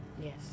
Yes